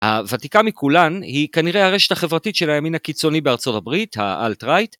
הוותיקה מכולן היא כנראה הרשת החברתית של הימין הקיצוני בארצות הברית האלט רייט